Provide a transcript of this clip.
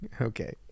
Okay